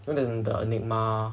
then there's the enigma